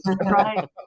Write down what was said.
Right